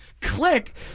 Click